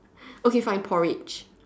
okay fine porridge